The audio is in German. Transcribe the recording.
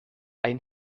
ein